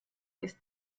ist